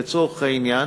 לצורך העניין,